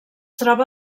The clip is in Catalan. troba